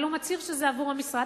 אבל הוא מצהיר שזה עבור המשרד,